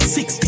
Six